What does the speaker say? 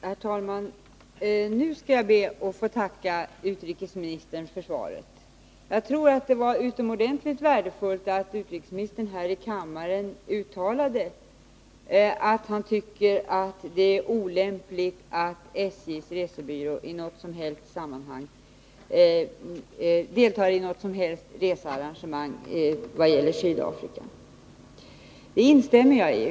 Herr talman! Nu skall jag be att få tacka utrikesministern för svaret. Jag tror att det var utomordentligt värdefullt att utrikesministern här i kammaren uttalade att han tycker det är olämpligt att SJ:s resebyrå deltar i något som helst researrangemang vad gäller Sydafrika. Det instämmer jag i.